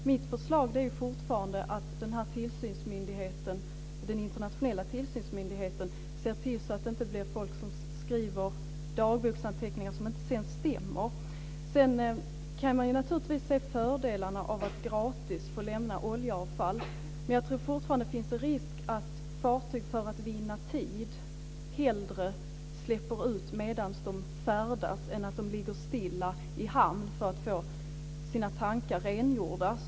Mitt förslag är fortfarande att den internationella tillsynsmyndigheten ser till att det inte blir så att folk skriver dagboksanteckningar som sedan inte stämmer. Sedan kan man naturligtvis se fördelarna med att gratis få lämna oljeavfall. Men jag tror fortfarande att det finns en risk för att fartyg för att vinna tid hellre släpper ut medan de färdas än ligger stilla i hamn för att få sina tankar rengjorda.